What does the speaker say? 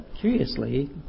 curiously